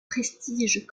prestige